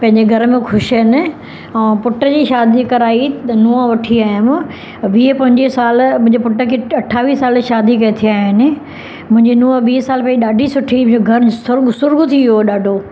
पंहिंजे घर में ख़ुशि आहिनि ऐं पुट जी शादी कराई त नुंहुं वठी आयमि वीह पंजुवीह साल मुंहिंजे पुट खे अठावीह साल शादी कए थिया आहिनि मुंहिंजी नुंहुं वीह साल भई ॾाढी सुठी हुई मुंहिंजो घरु सुर्ग़ु सुर्ग़ु थी वियो हुओ ॾाढो